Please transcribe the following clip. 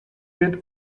wird